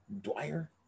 Dwyer